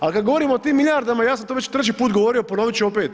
Al kad govorimo o tim milijardama, ja sam to već treći put govorio, ponovit ću opet.